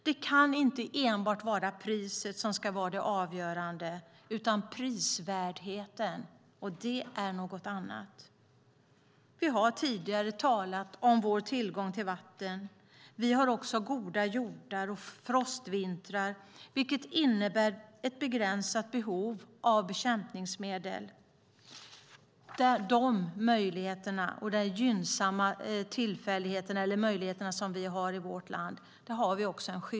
Det kan inte enbart vara priset som ska vara avgörande. Prisvärdheten är något annat. Vi har tidigare talat om vår tillgång till vatten. Sverige har också goda jordar och frostvintrar, vilket innebär ett begränsat behov av bekämpningsmedel. Vi har en skyldighet att tillvarata de gynnsamma tillfälligheterna och möjligheterna som finns i vårt land.